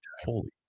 Holy